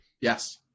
yes